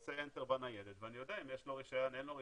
עושה 'אנטר' בניידת ויודע אם יש לו או אין לו רישיון,